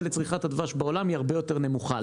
לצריכת הדבש בעולם היא הרבה יותר נמוכה,